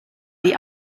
die